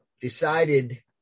decided